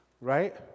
Right